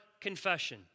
confession